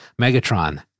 Megatron